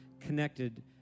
connected